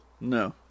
No